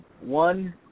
one